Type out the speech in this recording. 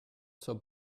zur